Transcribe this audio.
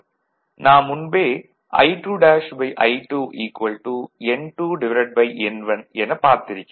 நாம் முன்பே I2I2 N2N1 எனப் பார்த்திருக்கிறோம்